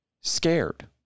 scared